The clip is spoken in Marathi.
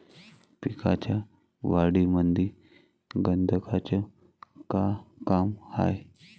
पिकाच्या वाढीमंदी गंधकाचं का काम हाये?